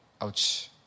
Ouch